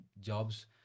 jobs